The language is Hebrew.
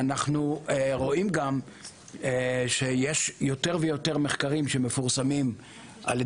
אנחנו רואים גם שיש יותר ויותר מחקרים שמפורסמים ע"י